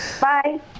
Bye